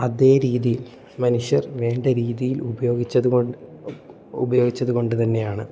അതേ രീതിയിൽ മനുഷ്യർ വേണ്ട രീതിയിൽ ഉപയോഗിച്ചത് കൊണ്ട് ഉപയോഗിച്ചത് കൊണ്ട് തന്നെയാണ്